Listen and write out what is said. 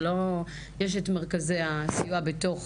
יש את מרכזי הסיוע בתוך